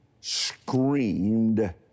screamed